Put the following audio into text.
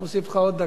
מוסיף לך עוד דקה.